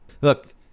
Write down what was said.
Look